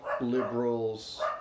liberals